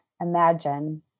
imagine